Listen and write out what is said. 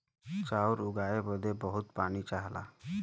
चाउर उगाए बदे बहुत पानी चाहला